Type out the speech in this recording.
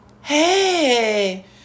Hey